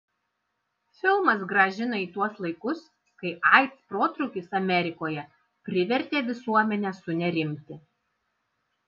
filmas grąžina į tuos laikus kai aids protrūkis amerikoje privertė visuomenę sunerimti